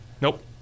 Nope